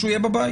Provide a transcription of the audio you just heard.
שהוא יהיה בבית.